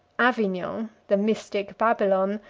avignon, the mystic babylon,